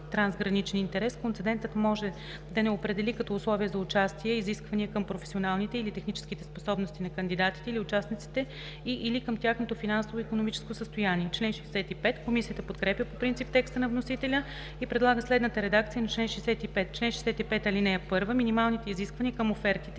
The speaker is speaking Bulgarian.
трансграничен интерес концедентът може да не определя като условия за участие изисквания към професионалните или техническите способности на кандидатите или участниците и/или към тяхното финансово и икономическо състояние.“ Комисията подкрепя по принцип текста на вносителя и предлага следната редакция на чл. 65: „Чл. 65. (1) Минималните изисквания към офертите